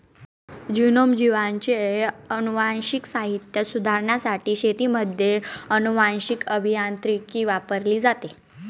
genome, जीवांचे अनुवांशिक साहित्य सुधारण्यासाठी शेतीमध्ये अनुवांशीक अभियांत्रिकी वापरली जाते